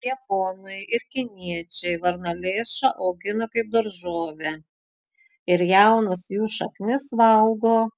japonai ir kiniečiai varnalėšą augina kaip daržovę ir jaunas jų šaknis valgo